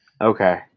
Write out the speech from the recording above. Okay